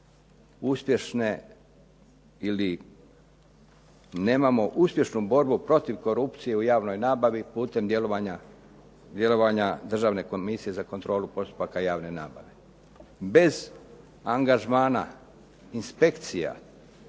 uspješne ili nemamo uspješnu borbu protiv korupcije u javnoj nabavi putem djelovanja Državne komisije za kontrolu postupaka javne nabave. Bez angažmana inspekcija,